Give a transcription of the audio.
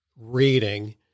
reading